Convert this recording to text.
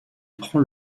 prend